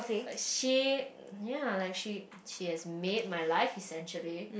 like she ya like she she has made my life essentially